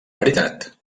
veritat